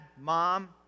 mom